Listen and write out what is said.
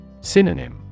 Synonym